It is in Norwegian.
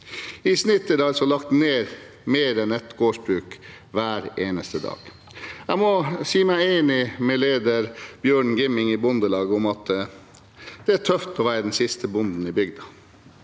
I snitt er det altså blitt lagt ned mer enn ett gårdsbruk hver eneste dag. Jeg må si meg enig med lederen i Bondelaget, Bjørn Gimming, i at det er tøft å være den siste bonden i bygda.